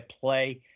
play